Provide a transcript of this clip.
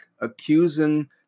accusing